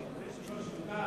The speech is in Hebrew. לא נכון,